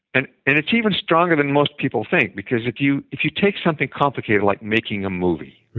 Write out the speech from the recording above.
and it's even stronger than most people think. because if you if you take something complicated like making a movie.